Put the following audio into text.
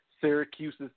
Syracuse's